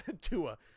Tua